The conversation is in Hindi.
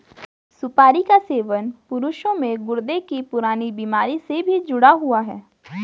सुपारी का सेवन पुरुषों में गुर्दे की पुरानी बीमारी से भी जुड़ा हुआ है